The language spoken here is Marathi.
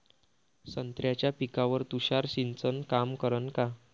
संत्र्याच्या पिकावर तुषार सिंचन काम करन का?